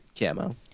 Camo